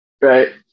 right